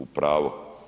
U pravo.